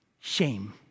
Shame